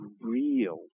real